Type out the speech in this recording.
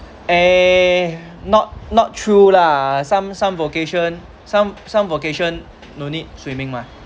eh not not true lah some some vocation some some vocation no need swimming mah